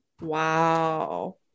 wow